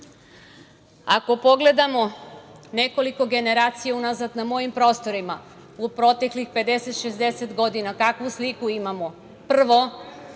pogledamo nekoliko generacija unazad na mojim prostorima u proteklih 50-60 godina, kakvu sliku imamo? Prvo,